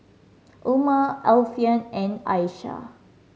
Umar Alfian and Aisyah